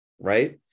right